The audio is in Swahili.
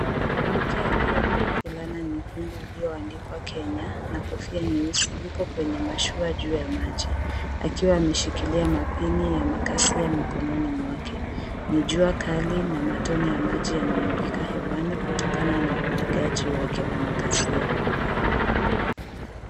Mwanamke aliyevaa fulana nyekundu iliyoandikwa Kenya na kofia nyeusi yuko kwenye mashua juu ya maji. Akiwa ameshikilia mapeni ya makasia mikononi mwake. Ni jua kali na matone ya maji yanamwagika hewani, kutokana na upigaji wake wa makasia.